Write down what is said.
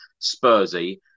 Spursy